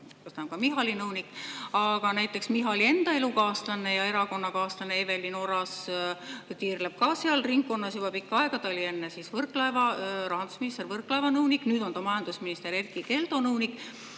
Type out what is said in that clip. ta on ka Michali nõunik. Aga näiteks Michali enda elukaaslane ja erakonnakaaslane Evelin Oras on tiirelnud ka seal ringkonnas juba pikka aega. Ta oli enne rahandusminister Võrklaeva nõunik, nüüd on ta majandusminister Erkki Keldo nõunik.